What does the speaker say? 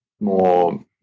more